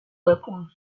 weapons